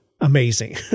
amazing